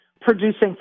producing